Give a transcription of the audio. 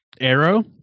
arrow